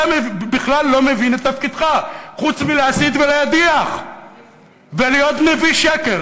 אתה בכלל לא מבין את תפקידך חוץ מלהסית ולהדיח ולהיות נביא שקר.